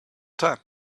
time